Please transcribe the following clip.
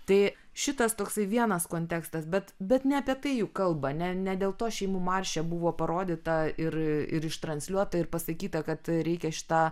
tai šitas toksai vienas kontekstas bet bet ne apie tai juk kalba ne dėl to šeimų marše buvo parodyta ir ir ištransliuota ir pasakyta kad reikia šitą